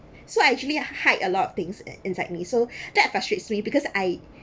so I actually hide a lot of things inside me so that frustrates me because I